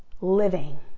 living